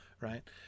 right